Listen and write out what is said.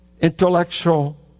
intellectual